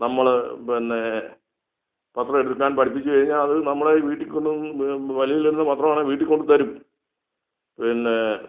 നമ്മൾ പിന്നെ പത്രം എടുക്കാൻ പഠിപ്പിച്ച് കഴിഞ്ഞാൽ അത് നമ്മുടെ വീട്ടിൽ കൊണ്ടു വന്ന് വെളിയിൽ ഉള്ള പത്രമാണെങ്കിൽ വീട്ടിൽ കൊണ്ട് തരും പിന്നെ